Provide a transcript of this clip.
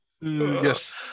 Yes